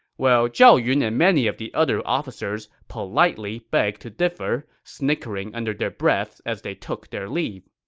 well, zhao yun and many of the other officers politely begged to differ, snickering under their breaths as they took their leave.